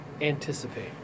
anticipate